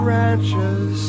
Branches